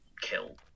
kill